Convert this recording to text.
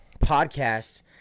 podcast